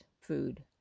food